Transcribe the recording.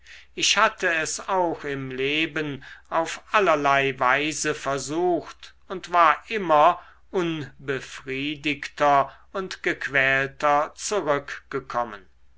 ich hatte es auch im leben auf allerlei weise versucht und war immer unbefriedigter und gequälter zurückgekommen